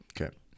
Okay